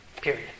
Period